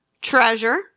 treasure